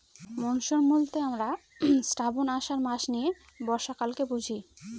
monsoon বলতে আমরা শ্রাবন, আষাঢ় মাস নিয়ে বর্ষাকালকে বুঝি